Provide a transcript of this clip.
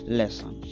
lesson